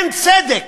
אין צדק.